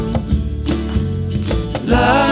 Love